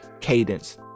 cadence